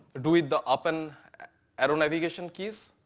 do it the up and arrow navigation keys,